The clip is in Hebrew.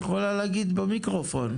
את יכולה להגיד במיקרופון.